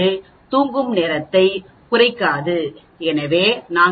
எனவே நாங்கள் 1 வால் 0